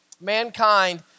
mankind